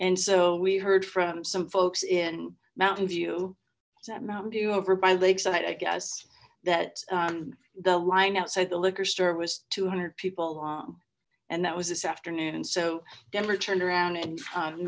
and so we heard from some folks in mountain view that mountain view over by lakeside i guess that the line outside the liquor store was two hundred people along and that was this afternoon so denver turned around and